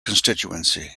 constituency